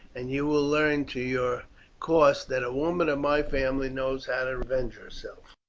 and you will learn to your cost that a woman of my family knows how to revenge herself.